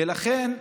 ולכן,